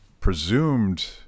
presumed